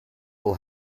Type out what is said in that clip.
will